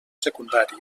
secundària